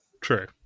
True